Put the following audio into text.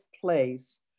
place